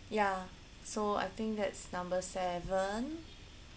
ya so I think that's number seven